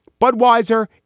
Budweiser